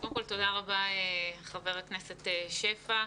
קודם כל, תודה רבה לחבר הכנסת שפע.